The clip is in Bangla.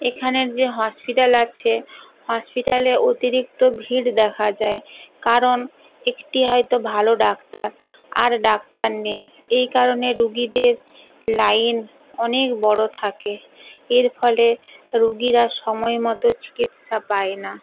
এখানের যে হসপিটাল আছে হসপিটালে অতিরিক্ত ভিড় দেখা যায় কারণ একটি হয়তো ভালো ডাক্তার আর ডাক্তার নেই এই কারণে রুগীদের লাইন অনেক বড়ো থাকে এর ফলে রুগীরা সময় মতো চিকিৎসা পায় না